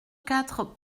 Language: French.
quatre